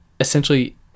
essentially